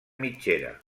mitgera